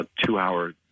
two-hour